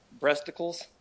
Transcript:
breasticles